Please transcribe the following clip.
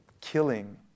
killing